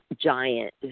giant